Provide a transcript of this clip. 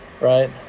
Right